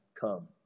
come